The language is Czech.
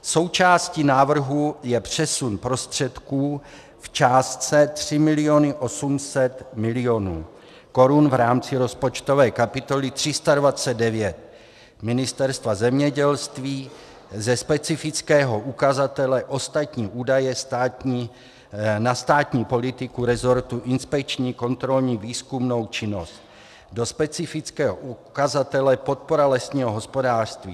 Součástí návrhu je přesun prostředků v částce 3 miliony 800 milionů korun v rámci rozpočtové kapitoly 329 Ministerstva zemědělství ze specifického ukazatele ostatní údaje na státní politiku resortu inspekční, kontrolní, výzkumnou činnost do specifického ukazatele podpora lesního hospodářství.